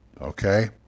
okay